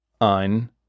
ein